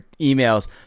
emails